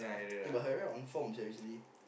eh but Herrera on form sia recently